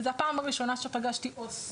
וזה הפעם הראשונה שפגשתי עו"ס.